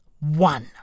One